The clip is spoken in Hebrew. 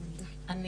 אני